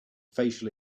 facial